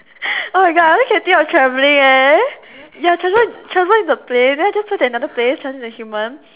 oh my god I only can think of traveling eh ya transform into a plane then just go to another place then transform into a human